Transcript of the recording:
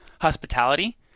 hospitality